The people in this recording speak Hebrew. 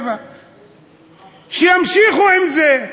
67'. שימשיכו עם זה.